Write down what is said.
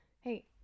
hey